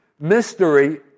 Mystery